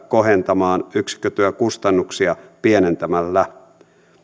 kohentamaan yksikkötyökustannuksia pienentämällä